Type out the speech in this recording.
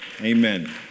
Amen